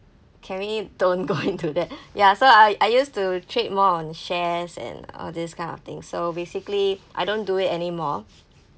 can we don't go into that ya so I I used to trade more on shares and all these kind of things so basically I don't do it anymore